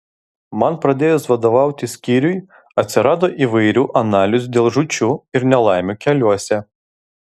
man pradėjus vadovauti skyriui atsirado įvairių analizių dėl žūčių ir nelaimių keliuose